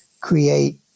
create